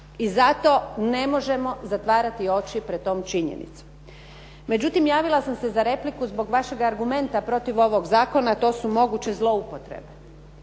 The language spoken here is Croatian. I zato ne možemo zatvarati oči pred tom činjenicom. Međutim, javila sam se za repliku zbog vašeg argumenta protiv ovog zakona, a to su moguće zloupotrebe.